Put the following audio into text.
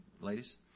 ladies